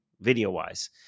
video-wise